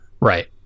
Right